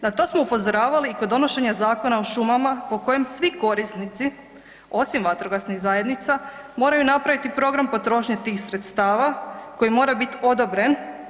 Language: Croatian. Na to smo upozoravali i kod donošenja Zakona o šumama po kojem svi korisnici, osim vatrogasnih zajednica moraju napravit program potrošnje tih sredstava koji mora biti odobren.